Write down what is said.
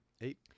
eight